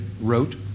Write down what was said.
wrote